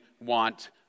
want